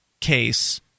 case